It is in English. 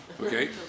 okay